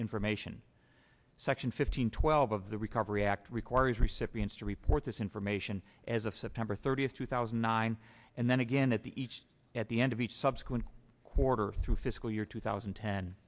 information section fifteen twelve of the recovery act requires recipients to report this information as of september thirtieth two thousand and nine and then again at the each at the end of each subsequent quarter through fiscal year two thousand